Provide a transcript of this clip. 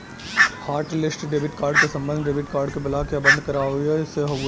hotlist debit card क सम्बन्ध debit card क ब्लॉक या बंद करवइले से हउवे